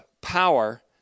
power